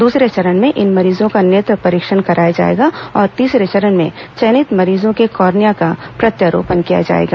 दूसरे चरण में इन मरीजों का नेत्र परीक्षण कराया जाएगा और तीसरे चरण में चयनित मरीजों के कार्निया का प्रत्यारोपण किया जाएगा